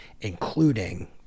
including